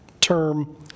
term